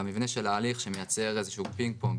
והמבנה של ההליך שמייצר איזה שהוא פינג-פונג